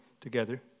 together